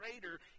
greater